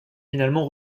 finalement